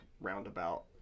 roundabout